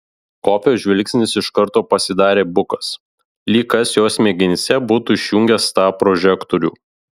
kofio žvilgsnis iš karto pasidarė bukas lyg kas jo smegenyse būtų išjungęs tą prožektorių